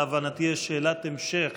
להבנתי יש שאלת המשך